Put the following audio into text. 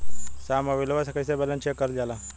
साहब मोबइलवा से कईसे बैलेंस चेक करल जाला?